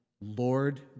Lord